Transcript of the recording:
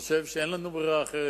חושב שאין לנו ברירה אחרת,